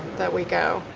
that we go.